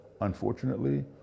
unfortunately